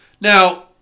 Now